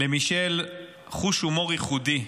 למישל חוש הומור ייחודי,